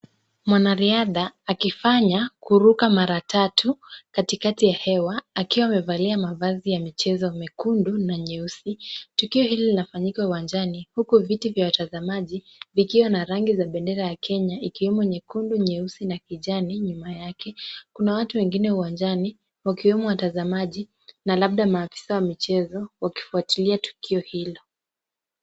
Mwanariadha akifanya kuruka mara tatu katikati ya hewa, akiwa amevalia mavazi ya michezo ya mekundu na nyeusi, tukio hili linafanyika uwanjani, huku viti vya watazamaji vikiwa na rangi za bendera ya Kenya ikiwemo nyekundu, nyeusi, na kijani nyuma yake. Kuna watu wengine uwanjani, wakiwemo watazamaji, na labda maafisa wa michezo wakifuatilia tukio hilo.